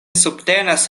subtenas